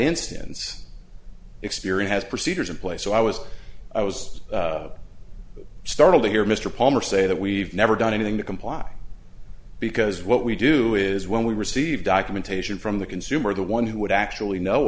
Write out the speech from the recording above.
instance experian has procedures in place so i was i was startled to hear mr palmer say that we've never done anything to comply because what we do is when we receive documentation from the consumer the one who would actually know